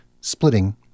splitting